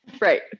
right